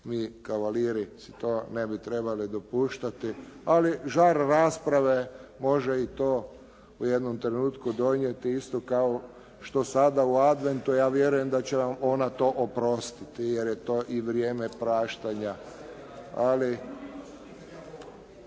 mi kavaliri si to ne bi trebali dopuštati, ali žar rasprave, može i to u jednom trenutku donijeti isto kao što sada u adventu ja vjerujem da će vam ona to oprostiti jer je to i vrijeme praštanja.